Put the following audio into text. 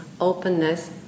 openness